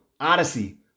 Odyssey